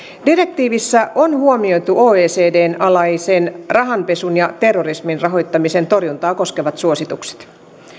direktiivissä on huomioitu oecdn alaisen rahanpesun ja terrorismin rahoittamisen torjuntaa koskevat suositukset